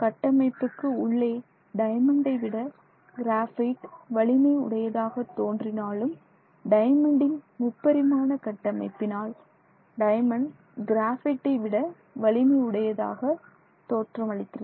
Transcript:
கட்டமைப்புக்கு உள்ளே டைமண்டை விட கிராபைட் வலிமை உடையதாக தோன்றினாலும் டைமண்டின் முப்பரிமாண கட்டமைப்பினால் டைமண்ட் கிராபைட்டை விட வலிமை உடையதாக தோற்றமளிக்கிறது